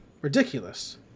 Ridiculous